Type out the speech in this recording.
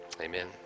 Amen